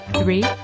Three